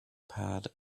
pad